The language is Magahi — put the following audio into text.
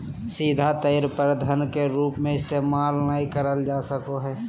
सीधा तौर पर धन के रूप में इस्तेमाल नय कइल जा सको हइ